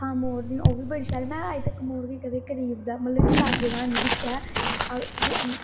अक्खा मोर दियां ओ बी बड़ी शैल ऐ में अजतकर मोर गी कदें करीब दा मतलब गी लाग्गे दा है नि दिक्खेआ ऐ अगर